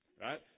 right